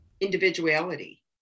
individuality